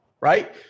Right